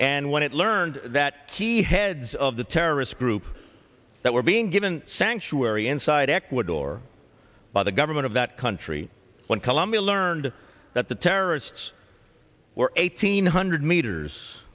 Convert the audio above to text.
and when it learned that he heads of the terrorist group that were being given sanctuary inside ecuador by the government of that country when colombia learned that the terrorists were eighteen hundred met